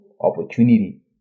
opportunity